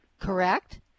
correct